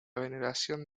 veneración